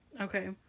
Okay